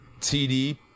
TD